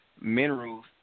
minerals